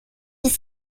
dix